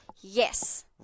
Yes